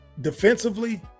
defensively